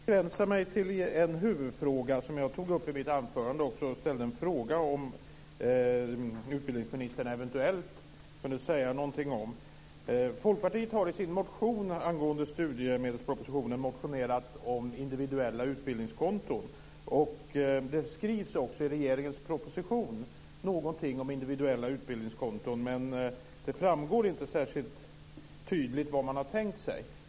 Fru talman! Jag tänkte begränsa mig till en huvudfråga som jag också tog upp i mitt anförande. Jag frågade om utbildningsministern eventuellt kunde säga någonting om följande. Folkpartiet har angående studiemedelspropositionen motionerat om individuella utbildningskonton. Det skrivs också i regeringens proposition någonting om individuella utbildningskonton, men det framgår inte särskilt tydligt vad man har tänkt sig.